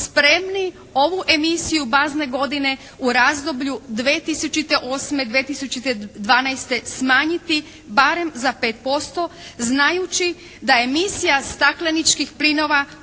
spremni ovu emisiju bazne godine u razdoblju 2008.-2012. smanjiti barem za 5% znajući da emisija stakleničkih plinova